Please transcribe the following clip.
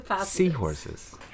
Seahorses